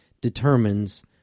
determines